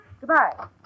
Goodbye